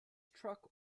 truck